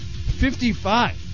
55